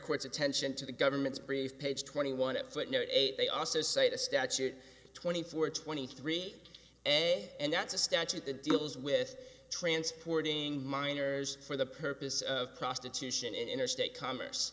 court's attention to the government's brief page twenty one at footnote eight they also say the statute twenty four twenty three and that's a statute that deals with transporting minors for the purpose of prostitution in interstate commerce